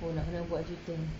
oh kena buat